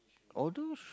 although